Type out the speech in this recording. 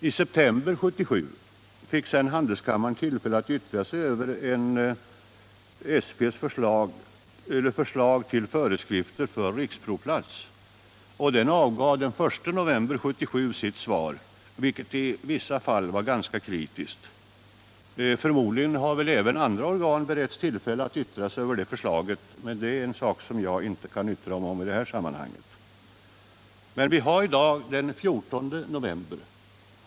I september 1977 fick Handelskammaren tillfälle att yttra sig över SP:s ”Föreskrifter för riksprovplats”. Handelskammaren avgav sitt svar den 1 november 1977, vilket i vissa fall var ganska kritiskt. Förmodligen har även andra organ beretts tillfälle att yttra sig över det förslaget, men det är en sak som jag inte kan yttra mig om i det här sammanhanget. Vi har emellertid i dag den 14 november.